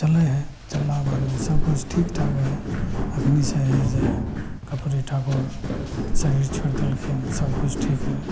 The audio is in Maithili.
चलय हइ चललाके बादमे सब किछु ठीक ठीक हइ एखनी से हइ जे कर्पूरी ठाकुर शरीर छोइड़ देलखिन सब कुछ ठीक